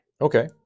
Okay